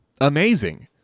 amazing